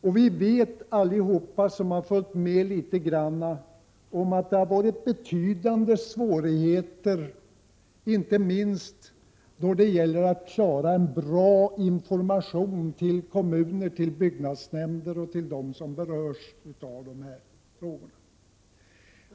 Och alla som följt med litet grand vet att det har varit betydande svårigheter, inte minst då det gäller att förmedla bra information till kommuner, byggnadsnämnder och andra som berörs av dessa frågor.